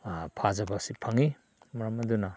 ꯐꯥꯖꯕ ꯑꯁꯤ ꯐꯪꯉꯤ ꯃꯔꯝ ꯑꯗꯨꯅ